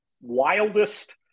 wildest